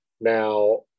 Now